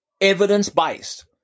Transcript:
Evidence-Based